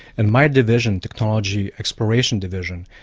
and my division, technology exploration division,